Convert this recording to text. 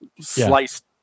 sliced